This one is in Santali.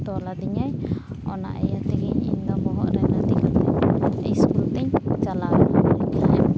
ᱛᱚᱞᱟᱫᱤᱧᱟᱹᱭ ᱚᱱᱟ ᱤᱭᱟᱹ ᱛᱮᱜᱮ ᱤᱧᱢᱟ ᱵᱚᱦᱚᱜ ᱨᱮ ᱞᱟᱫᱮ ᱠᱟᱛᱮᱧ ᱤᱥᱠᱩᱞ ᱛᱮᱧ ᱪᱟᱞᱟᱣ ᱮᱱᱟ ᱯᱚᱨᱤᱠᱷᱟ ᱮᱢ